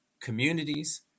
communities